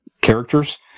characters